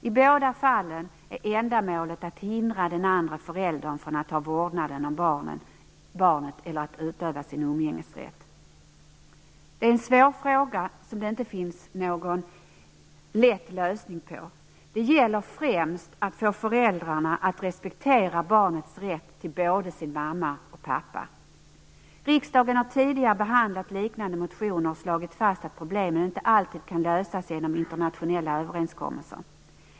I båda fallen är ändamålet att hindra den andra föräldern från att ha vårdnaden om barnet eller utöva sin umgängesrätt. Det här är en svår fråga som det inte finns någon enkel lösning på. Det gäller främst att få föräldrarna att respektera barnets rätt till både sin mamma och sin pappa. Riksdagen har tidigare behandlat liknande motioner och slagit fast att problemen inte alltid kan lösas genom internationella överenskommelser.